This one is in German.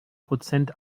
prozent